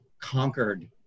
conquered